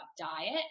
diet